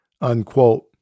unquote